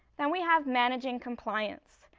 then we have managing compliance.